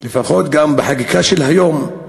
לפחות גם בחקיקה של היום,